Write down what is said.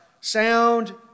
sound